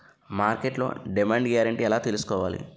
మార్కెట్లో demand guarantee ఎలా తెల్సుకోవాలి?